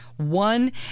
One